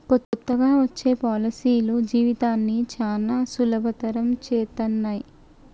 కొత్తగా వచ్చే పాలసీలు జీవితాన్ని చానా సులభతరం చేత్తన్నయి